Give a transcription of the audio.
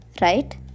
right